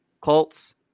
Colts